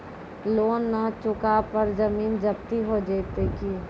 Loan न चुका पर जमीन जब्ती हो जैत की?